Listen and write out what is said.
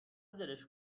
زرشک